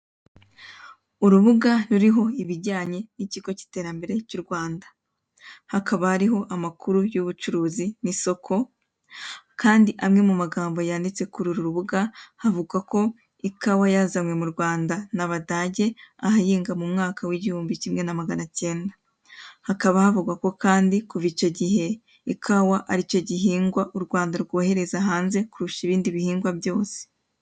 Urubuga ruriho ibijyanye n'ikigo cy'iterambere cy'u Rwanda. Hakaba hariho amakuru y'ubucuruzi n'isoko, kandi amwe mu magambo yanditse kuri uru rubuga, havugwa ko ikawa yazanwe mu Rwanda n'Abadage ahayinga mu mwaka w'igihumbi kimwe na magana cyenda. Hakaba havugwa ko kandi kuva icyo gihe ikawa aricyo gihingwa u Rwanda rwohereza hanze kurusha ibindi bihingwa byose.